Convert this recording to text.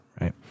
right